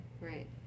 right